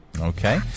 Okay